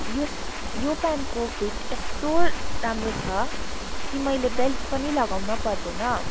यस यो प्यान्टको फिट यस्तो राम्रो छ कि मैले बेल्ट पनि लगाउनु पर्दैन